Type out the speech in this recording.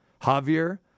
Javier